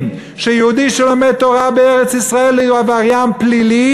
שיהודי שלומד תורה בארץ-ישראל הוא עבריין פלילי,